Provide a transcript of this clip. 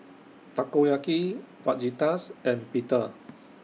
Takoyaki Fajitas and Pita